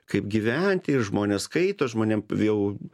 kaip gyventi ir žmonės skaito žmonėm jau